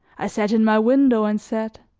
i sat in my window and said